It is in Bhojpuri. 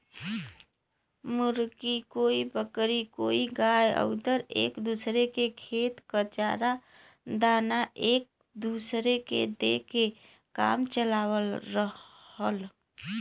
मुर्गी, कोई बकरी कोई गाय आउर एक दूसर के खेत क चारा दाना एक दूसर के दे के काम चलावत रहल